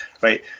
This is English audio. right